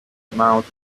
mouth